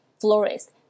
florist